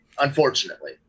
unfortunately